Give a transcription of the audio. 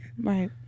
right